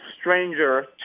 stranger